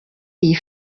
iyi